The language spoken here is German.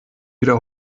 wieder